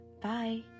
Bye